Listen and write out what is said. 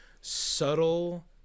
subtle